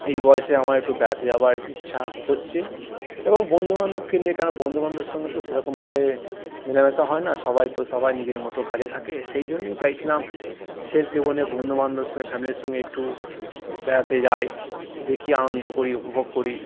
এই বয়সে আমার একটু বেড়াতে যাওয়ার ইচ্ছা হচ্ছে এবং বন্ধু বান্ধবকে নিয়ে কেন বন্ধু বান্ধবদের সঙ্গে তো সেরকমভাবে মেলামেশা হয় না সবাই তো সবাই নিজের মত কাজে থাকে সেই জন্যেই চাইছিলাম শেষ জীবনে বন্ধু বান্ধবদের সঙ্গে ফ্যামিলির সঙ্গে একটু বেড়াতে যাই দেখি আনন্দ করি উপভোগ করি